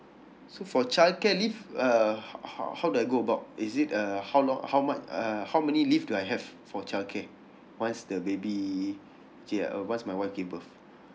so for childcare leave uh how how how do I go about is it uh how long how much uh how many leave do I have for childcare once the baby okay uh once my wife give birth